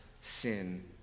sin